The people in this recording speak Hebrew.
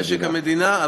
משק המדינה?